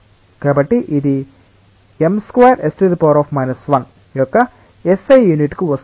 కాబట్టి ఇది m2s 1 యొక్క SI యూనిట్కు వస్తుంది